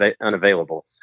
unavailable